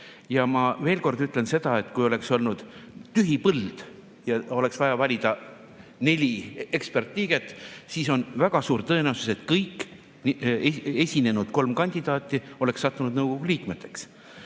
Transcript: Ja ma veel kord ütlen seda, et kui oleks olnud tühi põld ja oleks vaja valida neli ekspertliiget, siis on väga suur tõenäosus, et kõik esinenud kolm kandidaati oleks sattunud nõukogu liikmeteks.